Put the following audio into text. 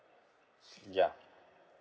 ya